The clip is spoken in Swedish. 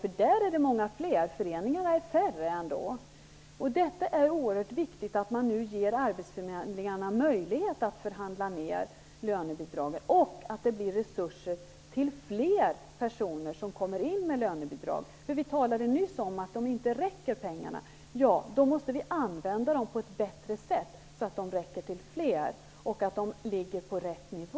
Där finns det många fler. Det är färre inom föreningarna. Det är oerhört viktigt att vi nu ger arbetsförmedlingarna möjlighet att förhandla ner lönebidragen och att det blir resurser till fler personer som kommer in med lönebidrag. Vi talade nyss om att pengarna inte räcker. Då måste vi använda dem på ett bättre sätt så att de räcker till fler och se till att detta ligger på rätt nivå.